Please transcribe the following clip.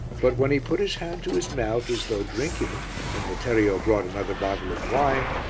but when he put his hand to his mouth as though drinking and letterio brought another bottle of wine,